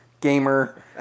gamer